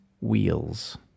wheels